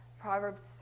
Proverbs